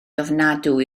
ofnadwy